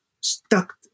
stuck